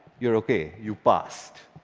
you're okay, you've passed.